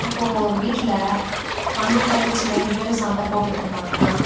இப்போது ஒரு வீட்டில் அண்ணன் தங்கச்சி ரெண்டு பேர் சண்டை போட்டுட்ருந்தாங்கன்னா